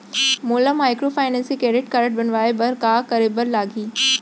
मोला माइक्रोफाइनेंस के credit card बनवाए बर का करे बर लागही?